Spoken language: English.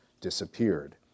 disappeared